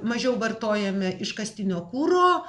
mažiau vartojame iškastinio kuro